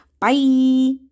Bye